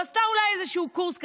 עשתה אולי איזשהו קורס קטן,